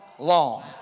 long